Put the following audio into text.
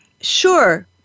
Sure